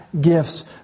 gifts